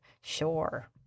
Sure